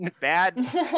bad